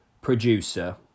producer